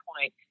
point